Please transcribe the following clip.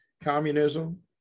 communism